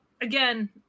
again